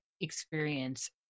experience